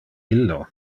illo